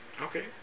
Okay